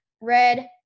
red